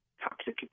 toxic